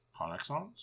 Connexons